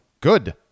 good